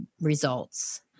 results